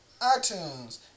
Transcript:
iTunes